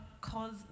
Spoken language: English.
cause